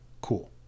Cool